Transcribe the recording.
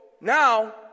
now